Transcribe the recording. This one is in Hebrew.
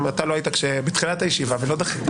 אתה לא היית בתחילת הישיבה, ולא דחיתי.